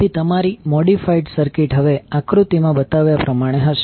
તેથી તમારી modified circuit હવે આકૃતિમાં બતાવ્યા પ્રમાણે હશે